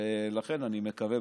ולכן אני מקווה,